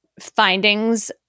findings